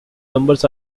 numbers